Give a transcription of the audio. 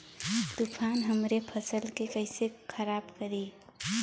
तूफान हमरे फसल के कइसे खराब करी?